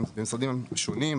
במשרדים השונים,